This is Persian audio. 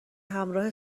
همراه